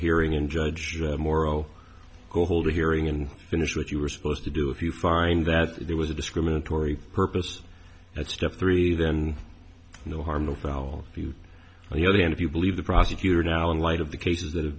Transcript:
hearing in judge morrow go hold a hearing and finish what you were supposed to do if you find that there was a discriminatory purpose at step three then no harm no foul if you on the other hand if you believe the prosecutor now in light of the cases that have